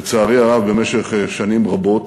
לצערי הרב, במשך שנים רבות